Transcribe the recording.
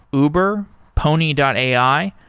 uber, pony and ai,